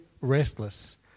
restless